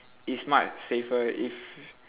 it's much safer if